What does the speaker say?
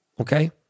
Okay